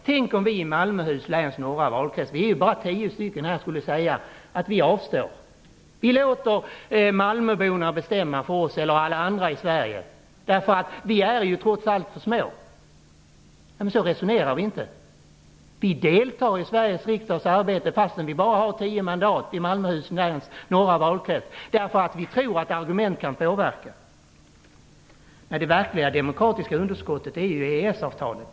Tänk om vi ledamöter i Malmöhus läns norra valkrets, som har bara tio mandat, skulle säga att vi avstår och låter Malmöborna bestämma för oss - vi är trots allt för små! Så resonerar vi inte, utan vi deltar i Sveriges riksdags arbete trots att vi har bara tio mandat, eftersom vi tror att argument kan påverka. Nej, det verkliga demokratiska underskottet finns i EES-avtalet.